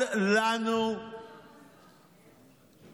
אל לנו כמדינה